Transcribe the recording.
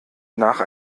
nach